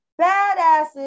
badasses